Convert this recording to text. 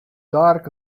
dark